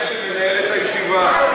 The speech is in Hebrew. אני פונה למנהלת הישיבה.